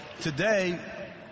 today